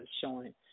showing